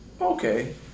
Okay